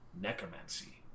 Necromancy